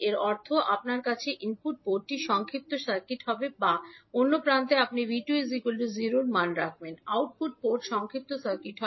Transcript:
এর অর্থ আপনার কাছে ইনপুট পোর্টটি সংক্ষিপ্ত সার্কিট হবে বা অন্য প্রান্তে আপনি 𝐕2 𝟎 এর মান রাখবেন আউটপুট পোর্ট সংক্ষিপ্ত সার্কিট হয়